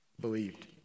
Believed